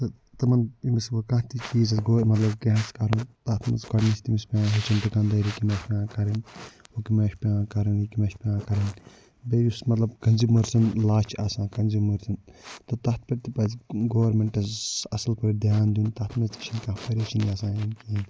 تہٕ تِمَن ییٚمِس وٕ کانٛہہ تہِ چیٖز آسہِ گوٚو مطلب کیٚنہہ آسہِ کَرُن تَتھ منٛز گۄڈٕنِچ تٔمِس پٮ۪وان ہٮ۪چھٕنۍ دُکاندٲری کٔمۍ آیہِ چھِ پٮ۪وان کَرٕنۍ ہُہ کٔمۍ آیہِ چھِ پیٚوان کَرُن یہِ کٔمۍ آیہِ چھِ پٮ۪وان کَرُن بیٚیہِ یُس مطلب کنزِمٲرسَن لا چھِ آسان تہٕ تَتھ پٮ۪ٹھ تہِ پَزِ گورمِنٹَس اَصٕل پٲٹھۍ دھیان دیُن تَتھ منٛز تہِ چھِنہٕ کانٛہہ پریشٲنی آسان ہیٚنۍ کِہیٖنۍ